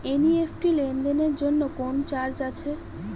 NEFT লেনদেনের জন্য কোন চার্জ আছে?